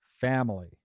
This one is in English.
family